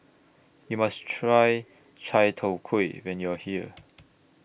YOU must Try Chai Tow Kuay when YOU Are here